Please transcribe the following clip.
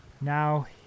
Now